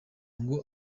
ngo